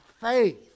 faith